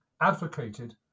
advocated